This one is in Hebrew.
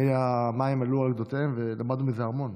המים עלו על גדותיהם, ולמדנו מזה המון.